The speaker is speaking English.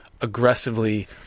aggressively